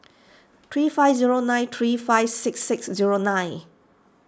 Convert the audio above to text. three five zero nine three five six six zero nine